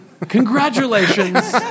Congratulations